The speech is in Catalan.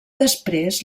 després